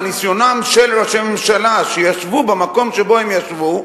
מניסיונם של ראשי הממשלה שישבו במקום שבו הם ישבו,